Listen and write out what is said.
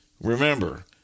remember